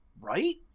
Right